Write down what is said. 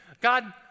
God